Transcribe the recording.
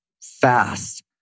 fast